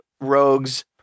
rogues